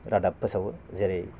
रादाब फोसावो जेरै